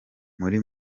muri